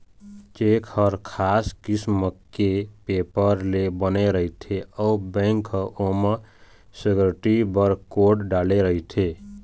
cheque ह खास किसम के पेपर ले बने रहिथे अउ बेंक ह ओमा सिक्यूरिटी बर कोड डाले रहिथे